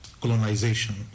colonization